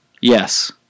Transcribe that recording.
yes